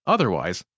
Otherwise